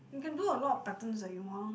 you can do a lot of patterns that you want